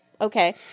okay